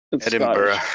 Edinburgh